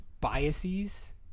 biases